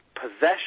possession